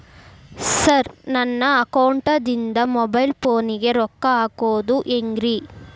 Sir ನನ್ನ ಅಕೌಂಟದಿಂದ mobile ಫೋನಿಗೆ ರೊಕ್ಕ ಹಾಕೋದು ಹೆಂಗ್ರಿ?